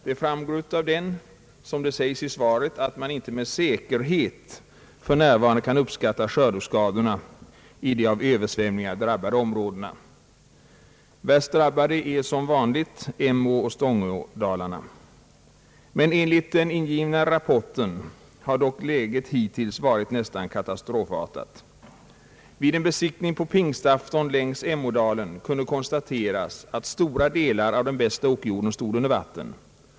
Det framgår av den — som det också sägs i svaret på min fråga — att man inte med säkerhet för närvarande kan uppskatta skördeskadorna i de av översvämningar drabbade områdena. Värst drabbade är som vanligt Emåoch Stångådalarna. Enligt den ingivna rapporten har dock läget hittills varit nästan katastrofartat. Vid en besiktningsresa på pingstafton längs Emådalen kunde konstateras att stora delar av den bästa åkerjorden stod under vatten.